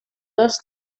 dos